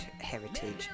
heritage